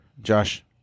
Josh